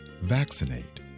Vaccinate